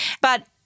But-